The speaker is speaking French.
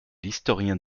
l’historien